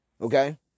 Okay